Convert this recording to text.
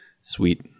sweet